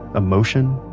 emotion.